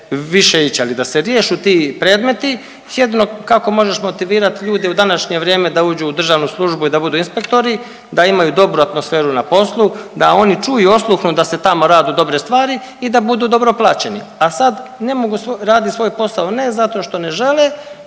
više ići, ali da se riješu ti predmeti, jedino kako možeš motivirati ljude u današnje vrijeme da uđu u državnu službu i da budu inspektori, da imaju dobru atmosferu na poslu, da oni čuju i osluhnu da se tamo radu dobre stvari i da budu dobro plaćeni, a sad, ne mogu raditi svoj posao, zato što ne žele